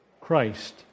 Christ